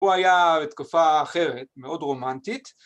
‫הוא היה בתקופה אחרת מאוד רומנטית.